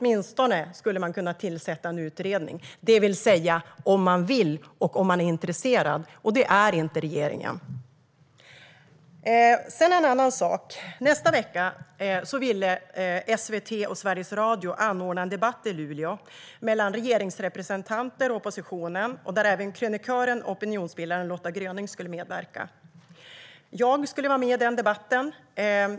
Man skulle åtminstone kunna tillsätta en utredning, det vill säga om man vill och om man är intresserad. Det är inte regeringen. En annan sak handlar om att SVT och Sveriges Radio ville anordna en debatt i Luleå mellan regeringsrepresentanter och oppositionen nästa vecka. Även krönikören och opinionsbildaren Lotta Gröning skulle medverka. Jag skulle vara med i den debatten.